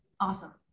Awesome